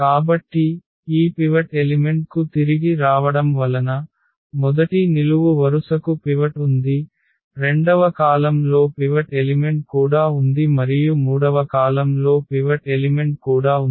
కాబట్టి ఈ pivot element కు తిరిగి రావడం వలన మొదటి నిలువు వరుసకు పివట్ ఉంది రెండవ కాలమ్లో పివట్ ఎలిమెంట్ కూడా ఉంది మరియు మూడవ కాలమ్లో పివట్ ఎలిమెంట్ కూడా ఉంది